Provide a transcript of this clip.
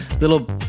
little